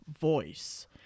voice